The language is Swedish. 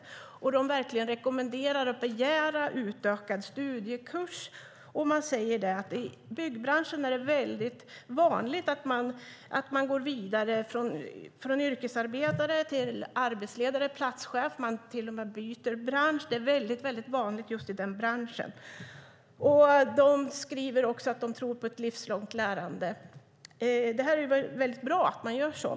Man rekommenderar verkligen eleverna att begära utökad studiekurs. Man säger att det i byggbranschen är mycket vanligt att gå vidare från yrkesarbetare, till arbetsledare och till platschef. Många byter till och med bransch. Det är mycket vanligt just i denna bransch. Man skriver också att man tror på ett livslångt lärande. Det är mycket bra att man gör det.